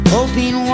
Hoping